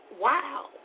wow